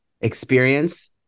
experience